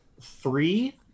Three